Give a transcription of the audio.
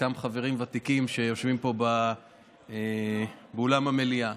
חלקם חברים ותיקים שיושבים פה באולם המליאה.